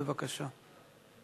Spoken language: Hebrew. בבקשה.